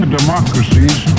democracies